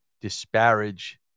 disparage